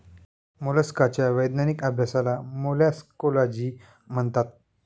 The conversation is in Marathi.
मोलस्काच्या वैज्ञानिक अभ्यासाला मोलॅस्कोलॉजी म्हणतात